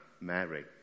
Mary